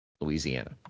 Louisiana